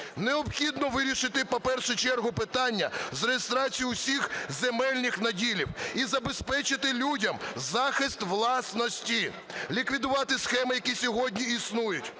Необхідно вирішити в першу чергу питання з реєстрацією усіх земельних наділів і забезпечити людям захист власності. Ліквідувати схеми, які сьогодні існують.